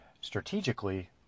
strategically